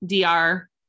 Dr